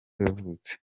yavutse